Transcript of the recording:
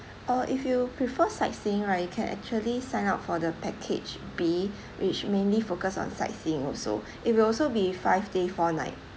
uh if you prefer sightseeing right you can actually sign up for the package B which mainly focus on sightseeing also it will also be five day four night